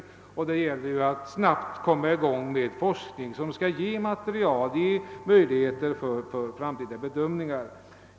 Det gäller nu att komma i gång med forskningen, så att vi får material och möjligheter för framtida bedömningar.